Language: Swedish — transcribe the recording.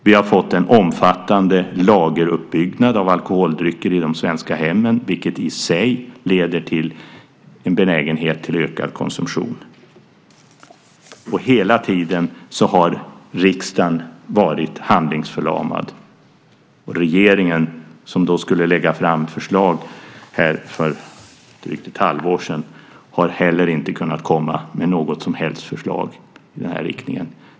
Vi har fått en omfattande lageruppbyggnad av alkoholdrycker i de svenska hemmen, vilket i sig leder till en benägenhet till ökad konsumtion. Och hela tiden har riksdagen varit handlingsförlamad. Och regeringen som skulle ha lagt fram förslag för drygt ett halvår sedan har inte heller kunnat komma med något som helst förslag i denna riktning.